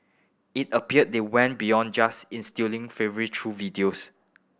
it appear they went beyond just instilling fervour through videos